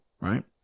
right